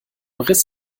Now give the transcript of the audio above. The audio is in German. riss